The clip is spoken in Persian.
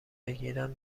بگیرم